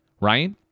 right